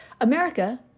America